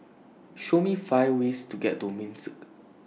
Show Me five ways to get to Minsk